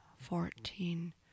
fourteen